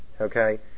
okay